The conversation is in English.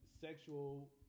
sexual